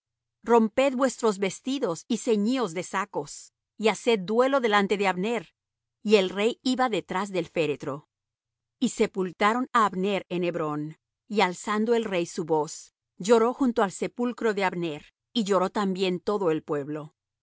romped vuestros vestidos y ceñíos de sacos y haced duelo delante de abner y el rey iba detrás del féretro y sepultaron á abner en hebrón y alzando el rey su voz lloró junto al sepulcro de abner y lloró también todo el pueblo